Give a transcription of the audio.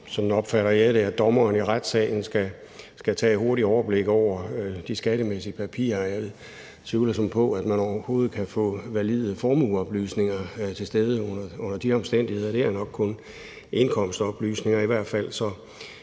sådan opfatter jeg det – at dommeren i retssalen skal jeg tage et hurtigt overblik over de skattemæssige papirer, og jeg tvivler sådan lidt på, at man overhovedet kan få valide formueoplysninger til stede under de omstændigheder. Det er nok kun indkomstoplysninger.